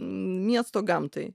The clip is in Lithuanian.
miesto gamtai